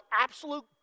absolute